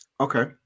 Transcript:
Okay